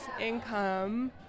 income